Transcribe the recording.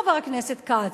חבר הכנסת כץ.